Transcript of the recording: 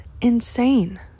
insane